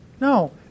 No